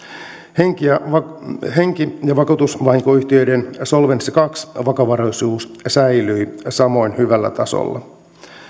henki ja henki ja vakuutusvahinkoyhtiöiden solvenssi kaksi vakavaraisuus säilyi samoin hyvällä tasolla